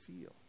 feel